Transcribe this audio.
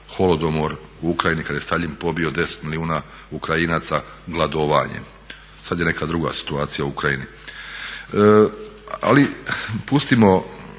holodomor Ukrajini kad je Staljin pobio 10 milijuna Ukrajinaca gladovanje. Sad je neke druga situacija u Ukrajini. Ali pustimo